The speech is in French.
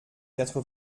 quatre